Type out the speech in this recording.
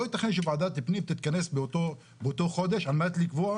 לא ייתכן שוועדת הפנים תתכנס באותו חודש על מנת לקבוע